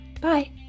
Bye